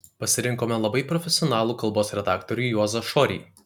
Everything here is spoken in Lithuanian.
pasirinkome labai profesionalų kalbos redaktorių juozą šorį